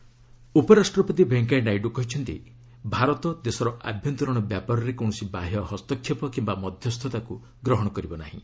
Naidu J and K ଉପରାଷ୍ଟ୍ରପତି ଭେଙ୍କୟା ନାଇଡୁ କହିଛନ୍ତି ଭାରତ ଦେଶର ଆଭ୍ୟନ୍ତରୀଣ ବ୍ୟାପାରରେ କୌଣସି ବାହ୍ୟ ହସ୍ତକ୍ଷେପ କିମ୍ବା ମଧ୍ୟସ୍ଥତାକୁ ଗ୍ରହଣ କରିବ ନାହିଁ